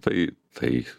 tai tai